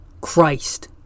Christ